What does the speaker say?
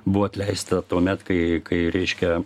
buvo atleista tuomet kai kai reiškia